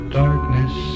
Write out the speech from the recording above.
darkness